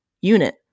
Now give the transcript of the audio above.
unit